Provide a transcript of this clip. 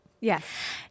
Yes